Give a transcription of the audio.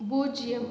பூஜ்ஜியம்